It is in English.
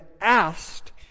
asked